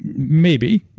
maybe.